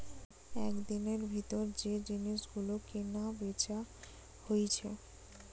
একদিনের ভিতর যে জিনিস গুলো কিনা বেচা হইছে